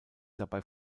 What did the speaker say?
dabei